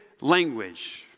language